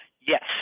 Yes